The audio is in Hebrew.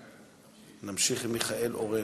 מיכאל, נמשיך עם מיכאל אורן.